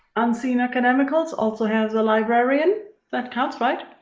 um uunseen academicals. also has a librarian. that counts right.